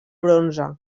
bronze